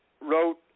wrote